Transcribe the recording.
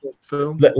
film